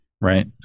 Right